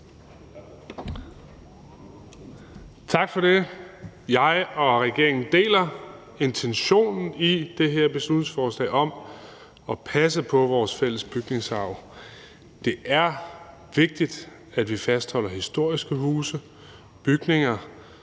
Tak for det. Jeg og regeringen deler intentionen i det her beslutningsforslag om at passe på vores fælles bygningsarv. Det er vigtigt, at vi fastholder historiske huse, bygninger,